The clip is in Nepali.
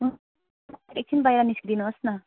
हुन्छ एकछिन बाहिर निस्किदिनुहोस् न